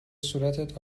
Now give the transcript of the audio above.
صورتت